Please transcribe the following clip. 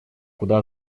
куда